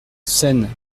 scène